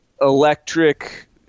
electric